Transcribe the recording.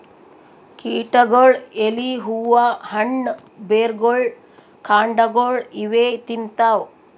ಕೀಟಗೊಳ್ ಎಲಿ ಹೂವಾ ಹಣ್ಣ್ ಬೆರ್ಗೊಳ್ ಕಾಂಡಾಗೊಳ್ ಇವೇ ತಿಂತವ್